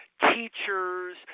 teachers